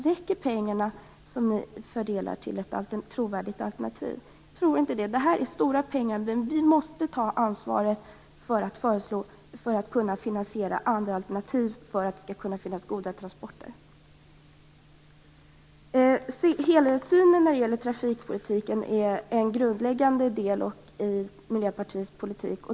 Räcker de pengar som ni fördelar till ett trovärdig alternativ? Jag tror inte det. Det krävs stora pengar, men vi måste ta ansvar för att finansiera andra alternativ för att det skall finnas goda transporter. Helhetssynen på trafikpolitiken är en grundläggande del i Miljöpartiets politik.